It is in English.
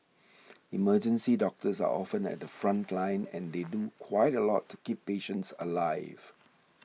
emergency doctors are often at the front line and they do quite a lot to keep patients alive